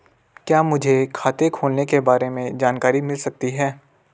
क्या मुझे खाते खोलने के बारे में जानकारी मिल सकती है?